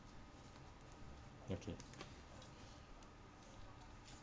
okay